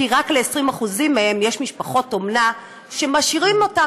כי רק ל-20% מהם יש משפחות אומנה שמשאירות אותם